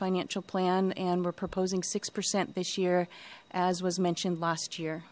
financial plan and we're proposing six percent this year as was mentioned last year